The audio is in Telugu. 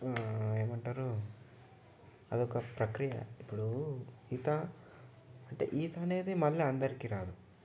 ఏమంటారు అదొక ప్రక్రియ ఇప్పుడు ఈత అంటే ఈత అనేది మనలో అందరికి రాదు